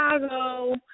Chicago